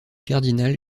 cardinal